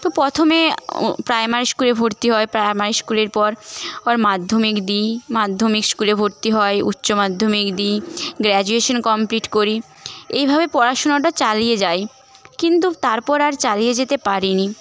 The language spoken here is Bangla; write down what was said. তো প্রথমে প্রাইমারি স্কুলে ভর্তি হয় প্রাইমারি স্কুলের পর মাধ্যমিক দিই মাধ্যমিক স্কুলে ভর্তি হয়ে উচ্চমাধ্যমিক দিই গ্র্যাজুয়েশন কমপ্লিট করি এইভাবে পড়াশোনাটা চালিয়ে যাই কিন্তু তারপর আর চালিয়ে যেতে পারিনি